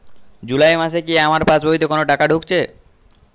জুলাই মাসে কি আমার পাসবইতে কোনো টাকা ঢুকেছে?